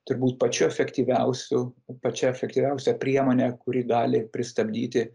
turbūt pačiu efektyviausiu pačia efektyviausia priemone kuri gali pristabdyti